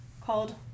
called